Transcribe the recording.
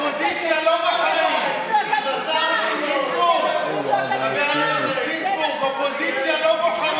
חבר הכנסת גינזבורג, אופוזיציה לא בוחרים.